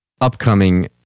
upcoming